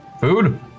Food